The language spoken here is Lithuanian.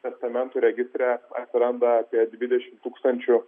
testamentų registre atsiranda apie dvidešimt tūkstančių